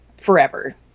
forever